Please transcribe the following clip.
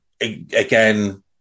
Again